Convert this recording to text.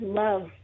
love